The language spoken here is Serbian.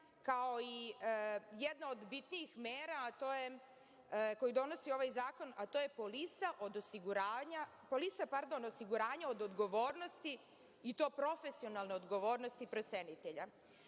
kao i jedna od bitnijih mera koju donosi ovaj zakon, a to je polisa osiguranja od odgovornosti, i to profesionalne odgovornosti procenitelja,